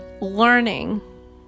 learning